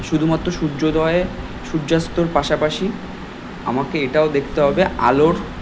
শুধুমাত্র সূয্যোদয় সূয্যাস্তর পাশাপাশি আমাকে এটও দেখতে হবে আলোর